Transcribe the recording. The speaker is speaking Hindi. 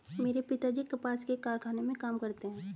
मेरे पिताजी कपास के कारखाने में काम करते हैं